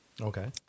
Okay